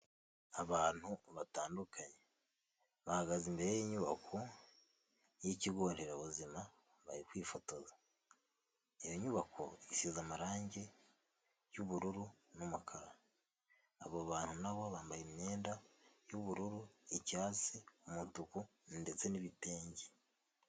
Abantu batandukanye bahagaze imbere y'inyubako y'ikigo nderabuzima bari kwifotoza. Iyo nyubako isize amarangi y'ubururu n'umukara. Abo bantu nabo bambaye imyenda y'ubururu, icyatsi, umutuku ndetse n'ibitenge.